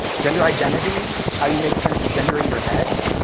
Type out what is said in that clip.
gender identity, how you make sense of gender in your head,